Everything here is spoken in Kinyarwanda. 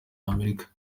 afurika